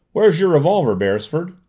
where's your revolver, beresford?